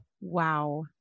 Wow